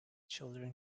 children